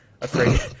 Afraid